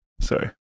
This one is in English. sorry